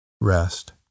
Rest